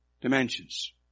dimensions